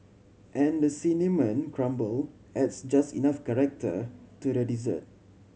and the cinnamon crumble adds just enough character to the dessert